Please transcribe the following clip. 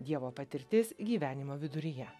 dievo patirtis gyvenimo viduryje